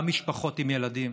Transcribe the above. גם משפחות עם ילדים.